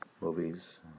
movies